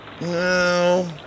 No